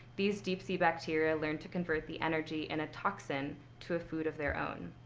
these deep-sea bacteria learned to convert the energy in a toxin to a food of their own.